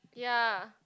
ya